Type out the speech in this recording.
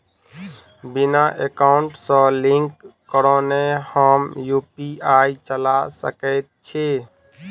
बिना एकाउंट सँ लिंक करौने हम यु.पी.आई चला सकैत छी?